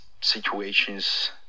situations